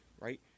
Right